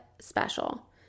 special